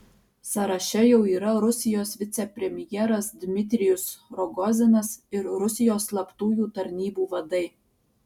sąraše jau yra rusijos vicepremjeras dmitrijus rogozinas ir rusijos slaptųjų tarnybų vadai